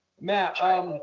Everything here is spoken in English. Matt